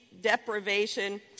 deprivation